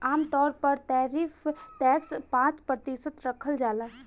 आमतौर पर tariff tax पाँच प्रतिशत राखल जाला